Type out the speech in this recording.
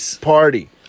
party